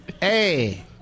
Hey